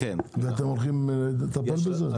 ואתם הולכים לטפל בזה?